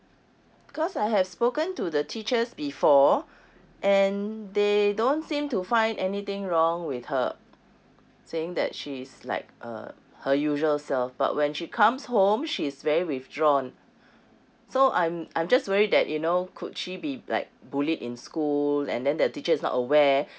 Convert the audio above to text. because I have spoken to the teachers before and they don't seem to find anything wrong with her saying that she is like uh her usual self but when she comes home she's very withdrawn so I'm I'm just worried that you know could she be like bullied in school and then the teacher is not aware